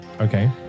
Okay